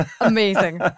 Amazing